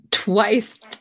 twice